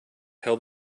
held